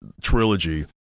trilogy